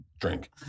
drink